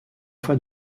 fois